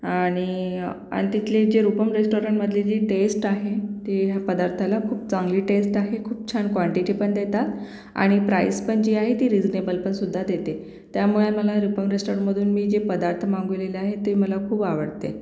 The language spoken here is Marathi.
आणि अन् तिथले जे रुपम रेस्टॉरणमधली जी टेस्ट आहे ती पदार्थाला खूप चांगली टेस्ट आहे खूप छान क्वांटिटी पण देतात आणि प्राईस पण जी आहे ती रिजनेबल पण सुद्धा देते त्यामुळे मला रुपम रेस्टॉरणमधून मी जे पदार्थ मागविलेले आहे ते मला खूप आवडते